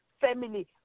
family